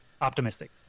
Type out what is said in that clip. optimistic